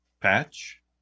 patch